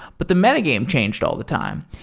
but the meta-game changed all the time.